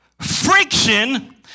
Friction